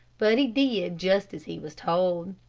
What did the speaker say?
but he did just as he was told.